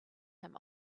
him